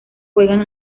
juegan